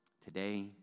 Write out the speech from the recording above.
today